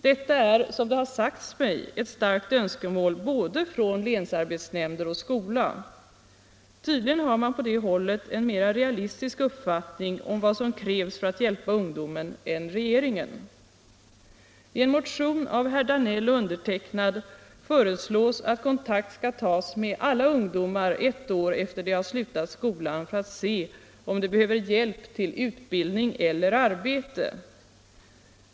Detta är, som det sagts mig, ett starkt önskemål både från länsarbetsnämnder och skola. Tydligen har man på det hållet en mera realistisk uppfattning om vad som krävs för att hjälpa ungdomen än regeringen. I en motion av herr Danell och mig föreslås att kontakt skall tas med alla ungdomar ett år efter det de har slutat skolan för att se om de behöver hjälp till utbildning eller arbete.